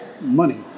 money